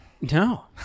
No